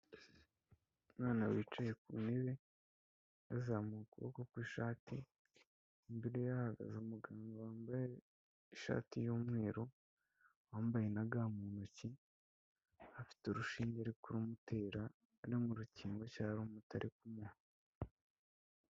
Umwana wicaye ku ntebe yazamuka ukuboko kw'ishati, imbere ye hahagaze umuganga wambaye ishati y'umweru yambaye na ga mu ntoki afite urushinge arikurumutera no mu rukingo cyangwa umuti ari kumuha.